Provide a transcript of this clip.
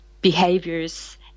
behaviors